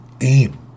aim